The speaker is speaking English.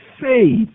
faith